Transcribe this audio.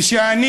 וכשאני